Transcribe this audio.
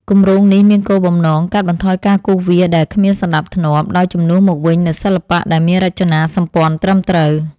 គម្រោងនេះមានគោលបំណងកាត់បន្ថយការគូសវាសដែលគ្មានសណ្ដាប់ធ្នាប់ ដោយជំនួសមកវិញនូវសិល្បៈដែលមានរចនាសម្ព័ន្ធត្រឹមត្រូវ។